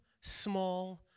small